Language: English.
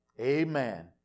amen